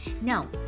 Now